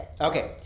Okay